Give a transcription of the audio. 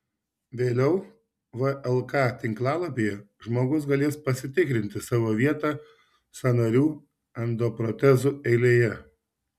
vėliau vlk tinklalapyje žmogus galės pasitikrinti savo vietą sąnarių endoprotezų eilėje